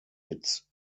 its